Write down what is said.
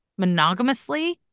monogamously